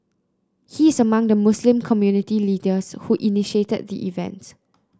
he is among the Muslim community leaders who initiated the event